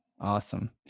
awesome